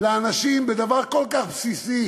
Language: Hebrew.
לאנשים בדבר כל כך בסיסי,